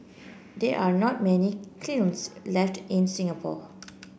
there are not many kilns left in Singapore